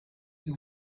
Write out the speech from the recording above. you